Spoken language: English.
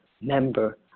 member